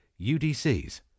UDCs